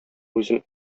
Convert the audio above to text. үзем